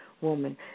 woman